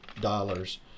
dollars